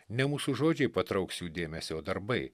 ne mūsų žodžiai patrauks jų dėmesį o darbai